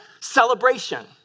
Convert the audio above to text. celebration